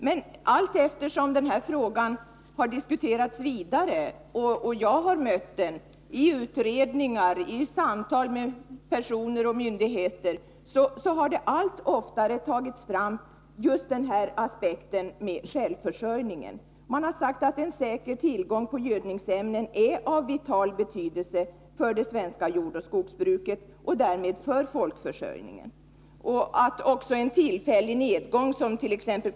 Men allteftersom frågan har diskuterats vidare — jag har mött den i utredningar och vid samtal med personer och myndigheter — har självförsörjningsaspekten tagits fram allt oftare. Man har sagt att en säker tillgång på gödningsämnen är av vital betydelse för svenskt jordoch skogsbruk och därmed för folkförsörjningen ” och att också en tillfällig nedgång —t.ex.